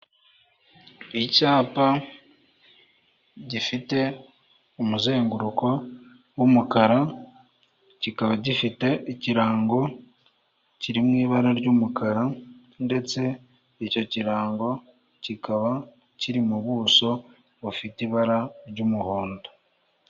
Icyapa gifite umuzenguruko w'umukara kikaba gifite ikirango kiri mu ibara ry'umukara ndetse icyo kirango kikaba kiri mu buso bufite ibara ry'umuhondo.